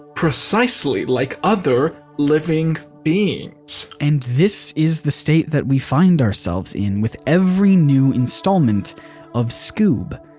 precisely like other living beings. and this is the state that we find ourselves in with every new installment of scoob.